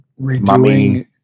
redoing